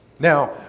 Now